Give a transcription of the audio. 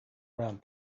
round